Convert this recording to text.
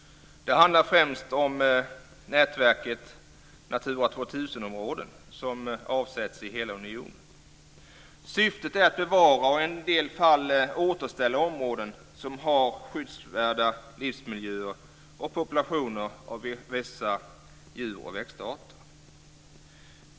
Det handlar främst om nätverket med Natura 2000-områden, som avsätts i hela unionen. Syftet är att bevara, och i en del fall återställa, områden som har skyddsvärda livsmiljöer och populationer av vissa djur och växtarter.